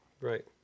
right